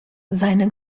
seine